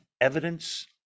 evidence